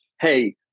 hey